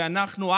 ואנחנו,